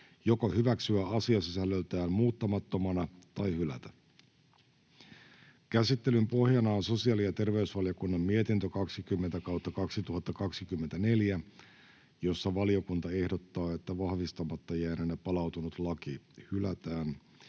joko hyväksyä asiasisällöltään muuttamattomana tai hylätä. Käsittelyn pohjana on sosiaali- ja terveysvaliokunnan mietintö StVM 20/2024 vp, jossa valiokunta ehdottaa, että vahvistamatta jääneenä palautunut laki hylätään.